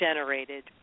generated